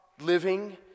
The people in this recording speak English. living